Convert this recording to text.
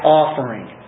offering